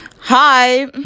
hi